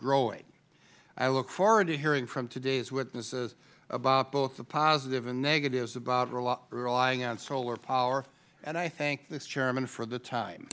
growing i look forward to hearing from today's witnesses about both the positive and negatives about relying on solar power and i thank the chairman for the time